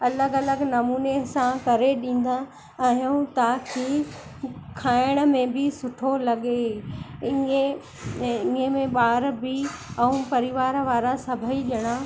अलॻि अलॻि नमूने सां करे ॾींदा आहियूं ताकी खाइण में बि सुठो लॻे इहे ऐं इ में ॿार बि ऐं परिवार वारा सभई ॼणा